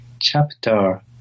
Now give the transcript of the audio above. chapter